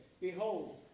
Behold